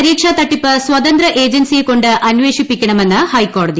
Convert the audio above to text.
പരീക്ഷാ തട്ടിപ്പ് സ്വതന്ത്ര ഏജൻസിയെ കൊണ്ട് അന്വേഷിപ്പിക്കണമെന്ന് ഉട്ഹെക്കോടതി